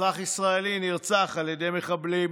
אזרח ישראלי נרצח על ידי מחבלים.